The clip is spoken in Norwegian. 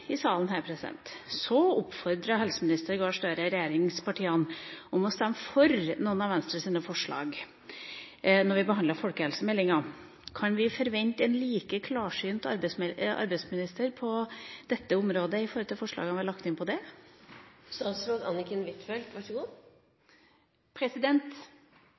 i salen her oppfordret helseminister Gahr Støre regjeringspartiene til å stemme for noen av Venstres forslag da vi behandlet folkehelsemeldinga. Kan vi forvente en like klarsynt arbeidsminister når det gjelder de forslagene vi har lagt inn på dette området? Når det gjelder avtalen om inkluderende arbeidsliv, har vi kommet langt når det